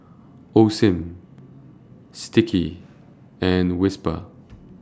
Osim Sticky and Whisper